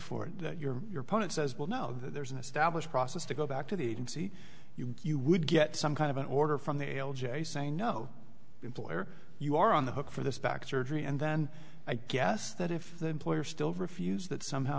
for your your opponent says well no there's an established process to go back to the agency you would get some kind of an order from the o j say no employer you are on the hook for this back surgery and then i guess that if the employer still refused that somehow